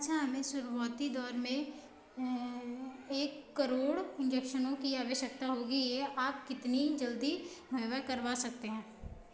अच्छा हमें शुरुआती दौर में एक करोड़ इंजेक्शनों की आवश्यकता होगी यह आप कितनी जल्दी करवा सकते हैं